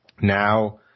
Now